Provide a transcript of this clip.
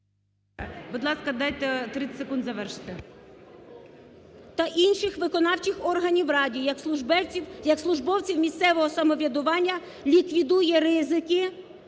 Будь ласка, дайте 30 секунд завершити. ЛУЦЕНКО І.С. … та інших виконавчих органів влади, як службовців місцевого самоврядування, ліквідує ризики